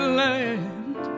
land